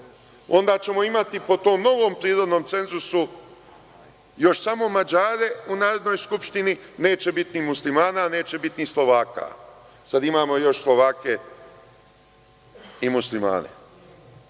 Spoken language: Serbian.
Onda ćemo imati po tom novom prirodnom cenzusu samo Mađare u Narodnoj skupštini, neće biti muslimana, neće biti ni Slovaka. Sad imamo još Slovake i muslimane